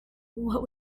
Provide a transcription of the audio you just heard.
what